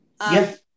Yes